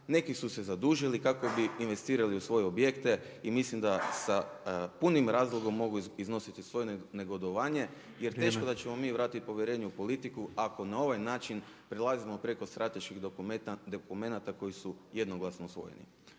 Neki su se zadužili kako bi investirali u svoje objekte i mislim da sa punim razlogom mogu iznositi svoje negodovanje jer teško da ćemo mi vratiti povjerenje u politiku ako na ovaj način prelazimo preko strateških dokumenata koji su jednoglasno usvojeni.